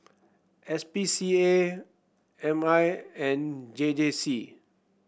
S P C A M I and J J C